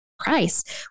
Christ